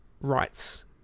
rights